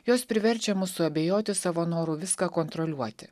jos priverčia mus suabejoti savo noru viską kontroliuoti